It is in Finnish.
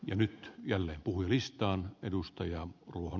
ja nyt jälleen puhdistaa erittäin hyvä